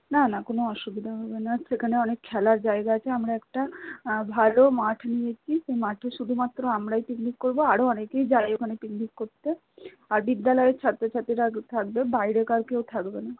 না না কোনো অসুবিধা হবে না সেখানে অনেক খেলার জায়গা আছে আমরা একটা ভালো মাঠ নিয়েছি সেই মাঠে শুধুমাত্র আমরাই পিকনিক করবো আরও অনেকেই যায় ওখানে পিকনিক করতে আর বিদ্যালয়ের ছাত্রছাত্রীরা থাকবে বাইরেকার কেউ থাকবে না